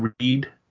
read